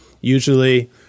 Usually